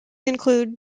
include